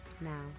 Now